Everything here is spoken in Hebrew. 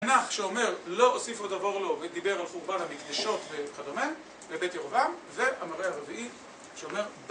המנח שאומר לא אוסיף עוד עבור לו ודיבר על חורבן המקדישות וכדומה בבית ירובם והמראה הרביעי שאומר